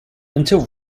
until